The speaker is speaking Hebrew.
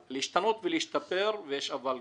להשתנות ולהשתפר, ויש אבל גדול.